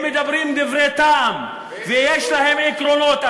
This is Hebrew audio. מדברים כאן דברי טעם ויש להם עקרונות.